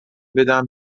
بدم